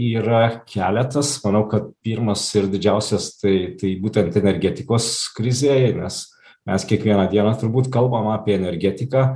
yra keletas manau kad pirmas ir didžiausias tai tai būtent energetikos krizė nes mes kiekvieną dieną turbūt kalbam apie energetiką